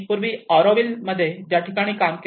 पूर्वी मी ऑरोविलमध्ये ज्या ठिकाणी काम केले